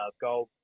gold